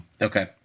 Okay